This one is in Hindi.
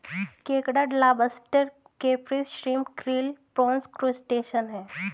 केकड़ा lobster crayfish shrimp krill prawns crustacean है